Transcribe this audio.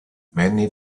many